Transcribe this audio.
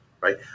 right